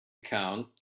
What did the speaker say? account